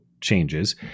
changes